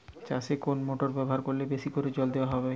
চাষে কোন মোটর ব্যবহার করলে বেশী করে জল দেওয়া যাবে?